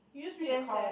you use which account